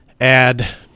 add